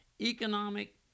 economic